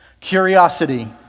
curiosity